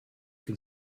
can